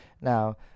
now